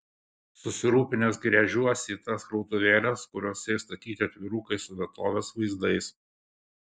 susirūpinęs gręžiuosi į tas krautuvėles kuriose išstatyti atvirukai su vietovės vaizdais